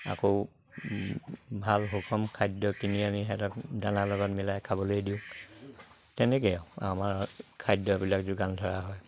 আকৌ ভাল সুষম খাদ্য কিনি আমি সিহঁতক দানাৰ লগত মিলাই খাবলৈ দিওঁ তেনেকেই আৰু আমাৰ খাদ্যবিলাক যোগান ধৰা হয়